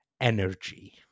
Energy